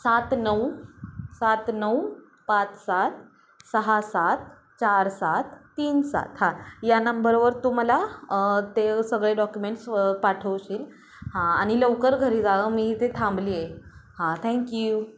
सात नऊ सात नऊ पाच सात सहा सात चार सात तीन सात हां या नंबरवर तू मला ते सगळे डॉक्युमेंट्स व पाठवशील हां आणि लवकर घरी जा मी इथे थांबले आहे हां थँक्यू